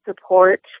support